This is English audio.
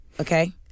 okay